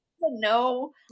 No